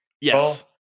Yes